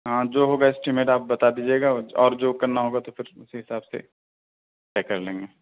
ہاں جو ہوگا اسٹیمیٹ آپ بتا دیجیے گا اور جو کرنا ہوگا تو پھر اسی حساب سے طے کر لیں گے